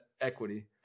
equity